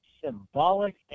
symbolic